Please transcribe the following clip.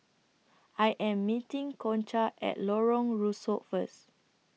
I Am meeting Concha At Lorong Rusuk First